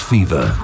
Fever